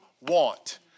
want